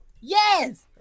Yes